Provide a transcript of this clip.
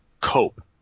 cope